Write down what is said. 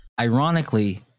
Ironically